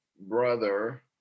brother